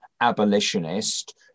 abolitionist